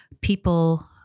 people